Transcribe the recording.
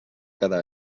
cada